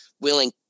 willing